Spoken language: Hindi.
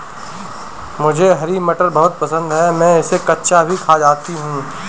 मुझे हरी मटर बहुत पसंद है मैं इसे कच्चा भी खा जाती हूं